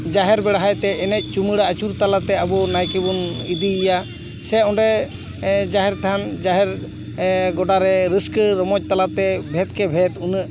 ᱡᱟᱦᱮᱨ ᱵᱮᱲᱦᱟᱭ ᱛᱮ ᱮᱱᱮᱡ ᱪᱩᱢᱟᱹᱲᱟ ᱟᱪᱩᱨ ᱛᱟᱞᱟᱛᱮ ᱟᱵᱚ ᱱᱟᱭᱠᱮ ᱵᱚᱱ ᱤᱫᱤᱭ ᱭᱟ ᱥᱮ ᱚᱸᱰᱮ ᱡᱟᱦᱮᱨ ᱛᱷᱟᱱ ᱜᱚᱰᱟ ᱨᱮ ᱨᱟᱹᱥᱠᱟᱹ ᱨᱚᱢᱚᱡᱽ ᱛᱟᱞᱟᱛᱮ ᱵᱷᱮᱫᱽ ᱠᱮ ᱵᱷᱮᱫᱽ ᱩᱱᱟᱹᱜ